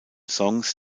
songs